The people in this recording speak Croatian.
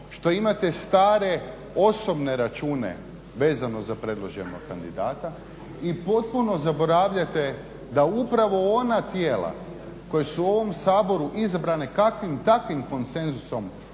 što imate stare osobne račune vezano za predloženog kandidata i potpuno zaboravljate da upravo ona tijela koje su u ovom Saboru izabrane kakvim takvim konsenzusom